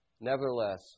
Nevertheless